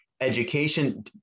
education